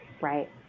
Right